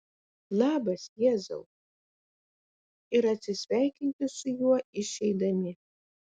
labas jėzau ir atsisveikinti su juo išeidami